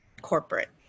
corporate